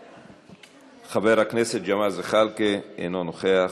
חבר הכנסת ג'מאל זחאלקה, אינו נוכח,